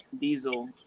diesel